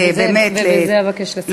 ובזה אבקש לסכם.